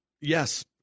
Yes